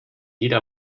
jeder